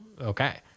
okay